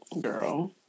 girl